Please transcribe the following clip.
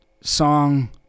song